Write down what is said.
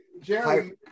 jerry